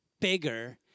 Bigger